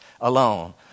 alone